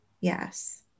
Yes